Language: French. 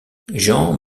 jean